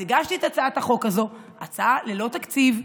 אז הגשתי את הצעת החוק הזאת, הצעה ללא תקציב,